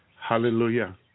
Hallelujah